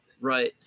right